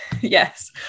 Yes